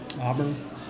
Auburn